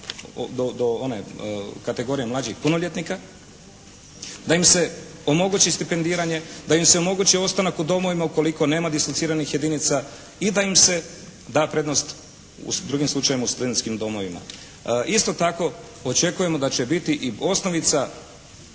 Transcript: do one kategorije mlađih punoljetnika, da im se omogući stipendiranje, da im se omogući ostanak u domovima ukoliko nema dislociranih jedinica i da im se da prednost u drugim slučajevima u studentskim domovima. Isto tako očekujemo da će biti i osnovica